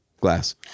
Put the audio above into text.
glass